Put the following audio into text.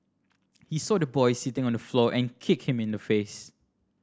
he saw the boy sitting on the floor and kicked him in the face